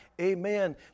amen